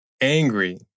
angry